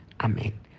amen